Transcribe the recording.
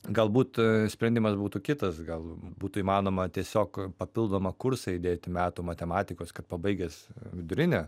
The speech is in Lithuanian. galbūt sprendimas būtų kitas gal būtų įmanoma tiesiog papildomą kursą įdėti metų matematikos kad pabaigęs vidurinę